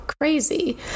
crazy